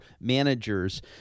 managers